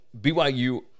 BYU